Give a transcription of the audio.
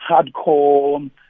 hardcore